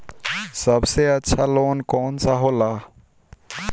सबसे अच्छा लोन कौन सा होला?